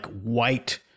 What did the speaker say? white